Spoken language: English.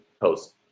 post